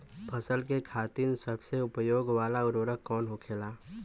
फसल के खातिन सबसे उपयोग वाला उर्वरक कवन होखेला?